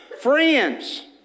friends